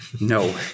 No